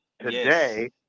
today